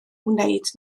wneud